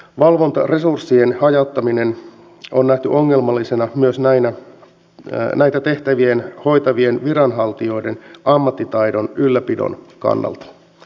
valvontaresurssien hajauttaminen on nähty ongelmallisena myös näitä tehtäviä hoitavien viranhaltijoiden ammattitaidon ylläpidon kannalta